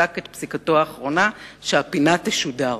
שפסק את פסיקתו הקובעת שהפינה אכן תשודר.